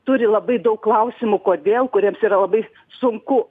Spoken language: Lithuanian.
turi labai daug klausimų kodėl kuriems yra labai sunku